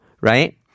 Right